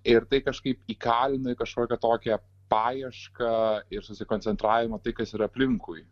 ir tai kažkaip įkalino į kažkokią tokią paiešką ir susikoncentravimą tai kas yra aplinkui